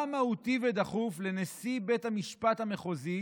מה מהותי ודחוף לנשיא בית המשפט המחוזי